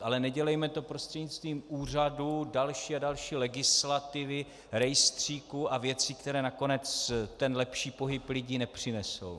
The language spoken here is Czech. Ale nedělejme to prostřednictvím úřadu, další a další legislativy, rejstříků a věcí, které nakonec ten lepší pohyb lidí nepřinesou.